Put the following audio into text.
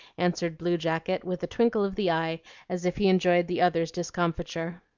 answered blue jacket, with a twinkle of the eye as if he enjoyed the other's discomfiture.